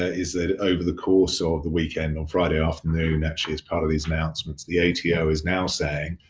ah is that over the course so of the weekend, on friday afternoon, actually, as part of these announcements, the ato is now saying,